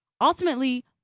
ultimately